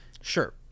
sure